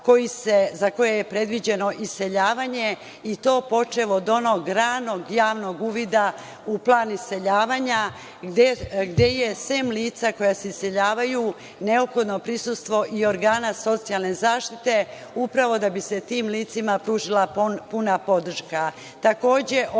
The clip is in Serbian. za koje je predviđeno iseljavanje, i to počev od onog ranog javnog uvida u plan iseljavanja, gde je sem lica koja se iseljavaju neophodno prisustvo i organa socijalne zaštite da bi se tim licima pružila puna podrška. Takođe,